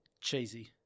Cheesy